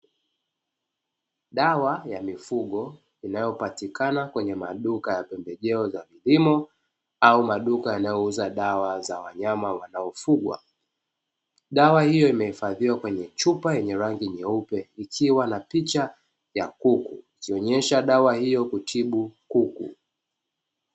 Dawa ya mifugo inayopatikana kwenye maduka ya pembejeo za kilimo, au maduka yanayouza dawa za wanyama wanaofugwa. Dawa hiyo imehifadhiwa kwenye chupa yenye rangi nyeupe ikiwa na picha ya kuku ikionyesha dawa hiyo hutibu kuku.